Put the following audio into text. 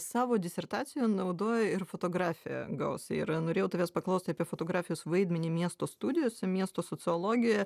savo disertacijoj naudoji ir fotografiją gausiai ir norėjau tavęs paklaust apie fotografijos vaidmenį miesto studijose miesto sociologijoje